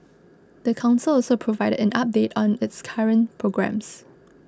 the council also provided an update on its current programmes